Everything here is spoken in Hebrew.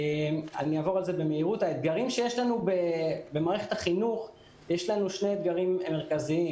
יש לנו שני אתגרים מרכזיים במערכת החינוך.